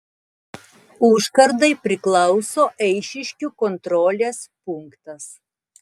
užkardai priklauso eišiškių kontrolės punktas